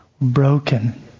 broken